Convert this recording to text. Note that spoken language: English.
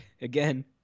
Again